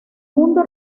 mundo